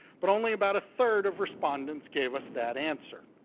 but only about a third of respondents gave us that answer.